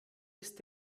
ist